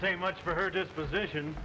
say much for her disposition